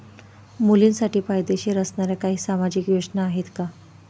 मुलींसाठी फायदेशीर असणाऱ्या काही सामाजिक योजना आहेत का?